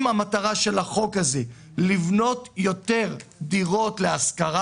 אם מטרת החוק הזה היא לבנות יותר דירות להשכרה